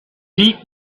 deep